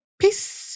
Peace